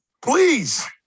Please